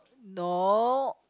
no